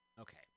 Okay